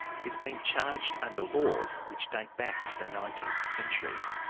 who's been charged under laws which date back to the nineteenth century.